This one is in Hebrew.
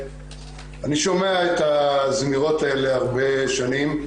אני שומע את הזמירות האלה הרבה שנים,